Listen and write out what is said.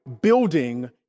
building